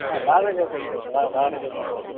బాగానే చదువుతాడు సార్ బాగానే చదువుతాడు సార్